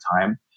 time